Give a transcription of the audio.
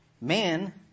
man